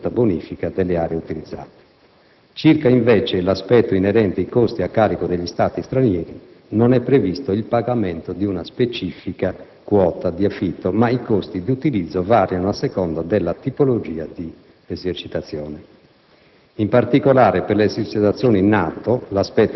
redigere, al termine dell'attività, il verbale che attesti l'avvenuta bonifica delle aree utilizzate. Circa, invece, l'aspetto inerente i costi a carico degli Stati stranieri, non è previsto il pagamento di una specifica quota di affitto, ma i costi di utilizzo variano a seconda della tipologia di esercitazione.